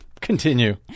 continue